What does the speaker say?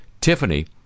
Tiffany